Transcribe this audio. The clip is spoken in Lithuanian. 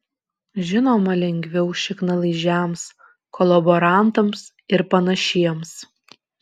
žinoma lengviau šiknalaižiams kolaborantams ir panašiems